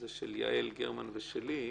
זה יעל גרמן ואני,